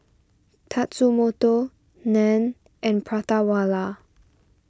Tatsumoto Nan and Prata Wala